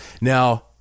Now